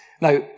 Now